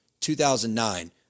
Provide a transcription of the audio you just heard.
2009